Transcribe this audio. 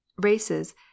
races